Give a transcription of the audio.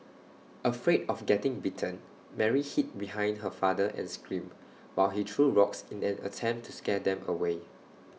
afraid of getting bitten Mary hid behind her father and screamed while he threw rocks in an attempt to scare them away